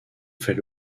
fait